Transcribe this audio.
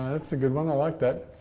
that's a good one. i like that.